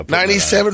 97